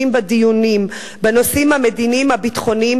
בדיונים בנושאים המדיניים הביטחוניים,